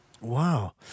Wow